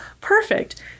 perfect